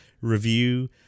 review